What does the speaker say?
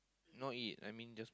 no eat I mean just